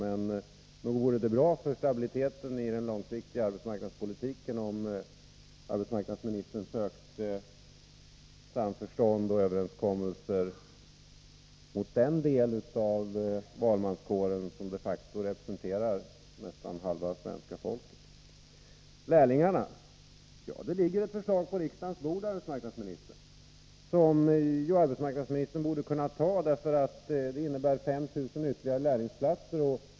Men nog vore det bra för stabiliteten i den långsiktiga arbetsmarknadspolitiken, om arbetsmarknadsministern för samförstånd och överenskommelser sökte sig mot den del av valmanskåren som de facto representerar nästan halva svenska folket. När det gäller lärlingar så ligger det ett förslag på riksdagens bord som arbetsmarknadsministern borde kunna acceptera, därför att det innebär ytterligare 5 000 lärlingsplatser.